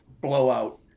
blowout